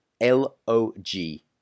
L-O-G